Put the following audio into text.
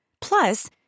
Plus